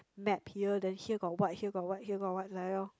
map here then here got what here got what here got what like that lor